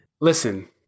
Listen